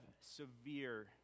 severe